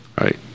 Right